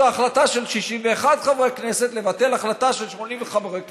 ההחלטה של 61 חברי כנסת לבטל החלטה של 80 חברי כנסת,